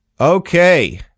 Okay